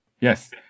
Yes